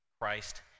Christ